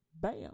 bam